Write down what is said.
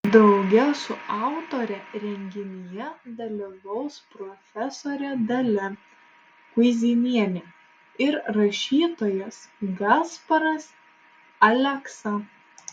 drauge su autore renginyje dalyvaus profesorė dalia kuizinienė ir rašytojas gasparas aleksa